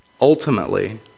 ultimately